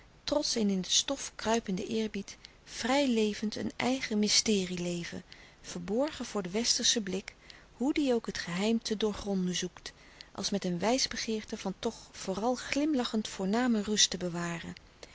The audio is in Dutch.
een in het stof kruipenden eerbied vrij levend een eigen mysterie leven verborgen voor den westerschen blik hoe die ook het geheim te doorgronden zoekt als met een wijsbegeerte van toch vooral glimlachend voorname rust te bewaren